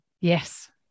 Yes